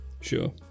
sure